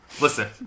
listen